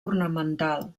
ornamental